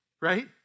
right